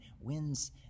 wins